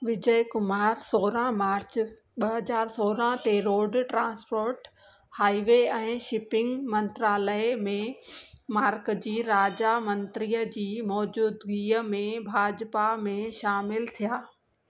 विजयकुमार सोरहं मार्च ब हज़ार सोरहं ते रोड ट्रांसपोर्ट हाइवे ऐं शिपिंग मंत्रालय में मार्कज़ी राज्य मंत्रीअ जी मौजूदगीअ में भाजपा में शामिलु थिया